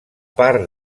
part